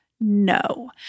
no